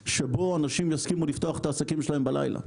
שאנשים יסכימו לפתוח את העסקים שלהם בלילה.